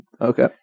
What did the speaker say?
Okay